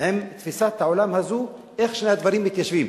עם תפיסת העולם הזאת, איך שני הדברים מתיישבים.